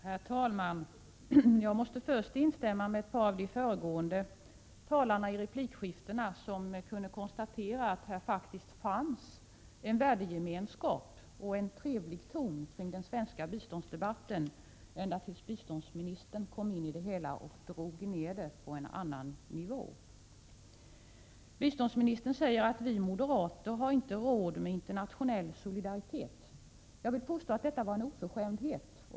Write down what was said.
Herr talman! Jag måste först instämma med ett par av de föregående talarna som i replikskiftena kunde konstatera att det faktiskt fanns en värdegemenskap och en trevlig ton i den svenska biståndsdebatten, ända tills biståndsministern kom in och drog ner debatten på en annan nivå. Biståndsministern säger att vi moderater inte har råd med internationell solidaritet. Jag vill påstå att detta var en oförskämdhet.